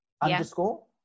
Underscore